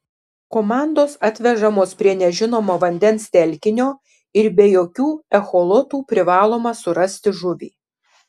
komandos atvežamos prie nežinomo vandens telkinio ir be jokių echolotų privaloma surasti žuvį